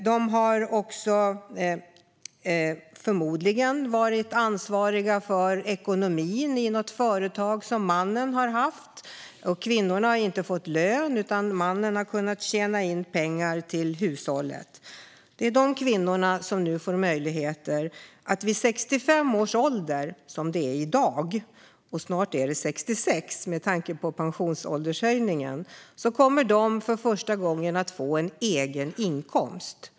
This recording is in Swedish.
De har förmodligen varit ansvariga för ekonomin i ett företag som mannen har haft. Kvinnorna har inte fått lön, utan mannen har kunnat tjäna in pengar till hushållet. Det är dessa kvinnor som nu får möjlighet vid 65 års ålder, som det är i dag - snart är det 66, med tanke på pensionsåldershöjningen - att för första gången få en egen inkomst.